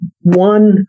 one